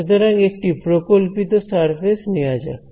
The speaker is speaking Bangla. সুতরাং একটি প্রকল্পিত সারফেস নেওয়া যাক